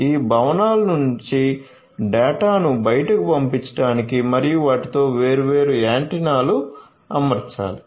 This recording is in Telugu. ఈ భవనాల నుండి డేటాను బయటకు పంపించడానికి మరియు వాటితో వేర్వేరు యాంటెనాలు అమర్చాలి